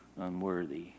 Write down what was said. unworthy